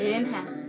Inhale